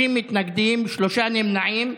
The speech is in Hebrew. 50 מתנגדים, שלושה נמנעים.